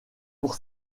pour